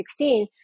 2016